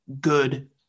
good